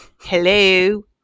Hello